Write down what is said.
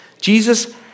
Jesus